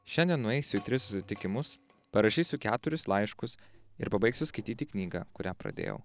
šiandien nueisiu į tris susitikimus parašysiu keturis laiškus ir pabaigsiu skaityti knygą kurią pradėjau